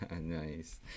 nice